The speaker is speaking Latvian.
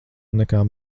nekā